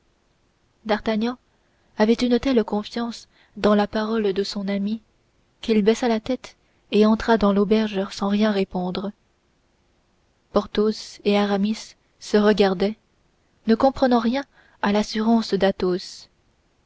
d'artagnan avait une telle confiance dans la parole de son ami qu'il baissa la tête et entra dans l'auberge sans rien répondre porthos et aramis se regardaient ne comprenant rien à l'assurance d'athos